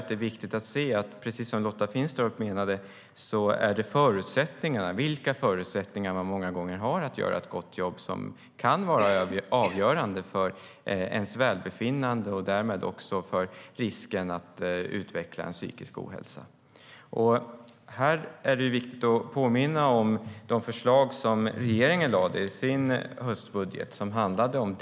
Det är viktigt att se att det, precis som Lotta Finstorp menade, många gånger är vilka förutsättningar man har för att göra ett gott jobb som kan vara avgörande för ens välbefinnande och därmed också risken för att utveckla psykisk ohälsa. Det är viktigt att påminna om förslag som regeringen lade i höstbudgeten.